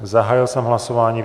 Zahájil jsem hlasování.